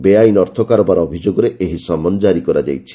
ବେଆଇନ ଅର୍ଥ କାରବାର ଅଭିଯୋଗରେ ଏହି ସମନ ଜାରି କରାଯାଇଛି